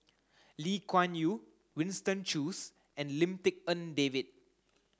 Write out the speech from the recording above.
Lee Kuan Yew Winston Choos and Lim Tik En David